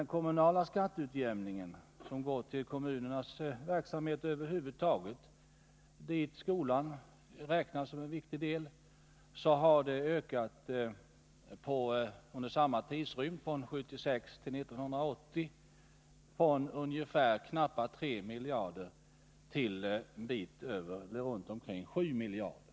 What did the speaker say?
Den kommunala skatteutjämningen — den avser ju kommunernas verksamhet över huvud taget, och dit räknas skolan som en viktig del — har under samma tidsrymd, från 1976 till 1980, ökat från ungefär knappa 3 miljarder till ungefär 7 miljarder.